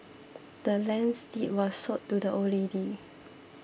the land's deed was sold to the old lady